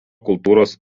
kultūros